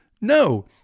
No